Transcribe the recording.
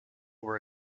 were